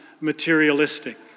materialistic